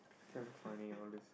damn funny all these